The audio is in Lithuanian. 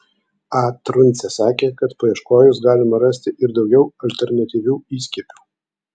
a truncė sakė kad paieškojus galima rasti ir daugiau alternatyvių įskiepių